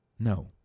No